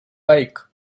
bike